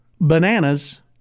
bananas